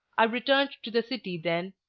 i returned to the city then.